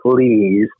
please